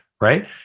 Right